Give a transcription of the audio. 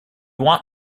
want